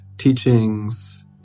teachings